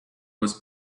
was